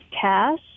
cash